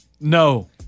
no